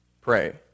pray